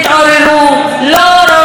לא לראש הממשלה,